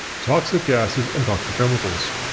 toxic gases and toxic chemicals.